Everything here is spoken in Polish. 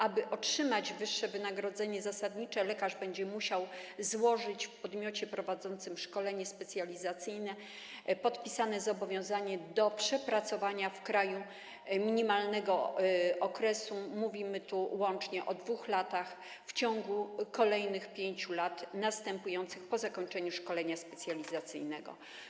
Aby otrzymać wyższe wynagrodzenie zasadnicze, lekarz będzie musiał złożyć w podmiocie prowadzącym szkolenie specjalizacyjne podpisane zobowiązanie do przepracowania w kraju minimalnego okresu - mówimy tu o łącznie 2 latach w ciągu kolejnych 5 lat następujących po zakończeniu szkolenia specjalizacyjnego.